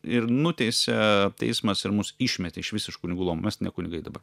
ir nuteisė teismas ir mus išmetė iš vis iš kunigų luomo mes ne kunigai dabar